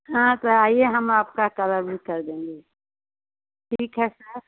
हाँ तो आइए हम आपका कलर भी कर देंगे ठीक है सर